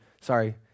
sorry